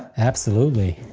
absolutely!